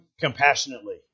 compassionately